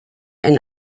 and